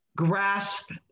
grasp